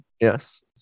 Yes